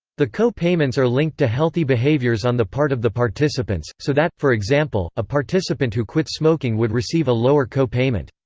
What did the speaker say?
the co-payments are linked to healthy behaviors on the part of the participants, so that, for example, a participant who quit smoking would receive a lower co-payment.